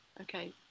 okay